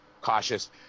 cautious